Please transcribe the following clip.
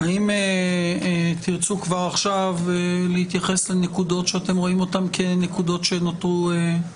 האם תרצו כבר עכשיו להתייחס לנקודות שאתם רואים אותן כנקודות שנותרו?